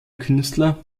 künstler